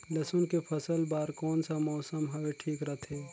लसुन के फसल बार कोन सा मौसम हवे ठीक रथे?